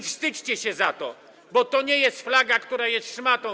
Wstydźcie się za to, bo to nie jest flaga, która jest szmatą.